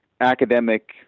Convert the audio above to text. academic